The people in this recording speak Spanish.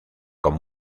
con